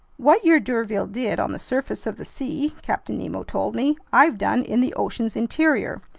what your d'urville did on the surface of the sea, captain nemo told me, i've done in the ocean's interior,